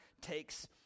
takes